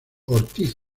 ortiz